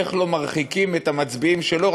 איך לא מרחיקים את המצביעים שלו,